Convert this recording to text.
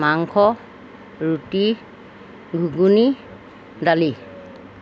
মাংস ৰুটি ঘুগুনি দালি